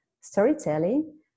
storytelling